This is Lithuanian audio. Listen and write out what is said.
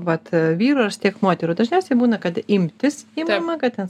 vat vyras tiek moterų dažniausiai būna kad imtis imama kad ten